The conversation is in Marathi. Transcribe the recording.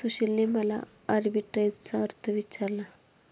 सुशीलने मला आर्बिट्रेजचा अर्थ विचारला